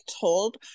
told